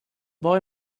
boy